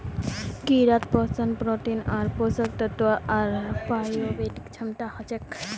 कीड़ात पोषण प्रोटीन आर पोषक तत्व आर प्रोबायोटिक क्षमता हछेक